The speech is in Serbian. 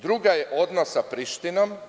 Druga je odnos sa Prištinom.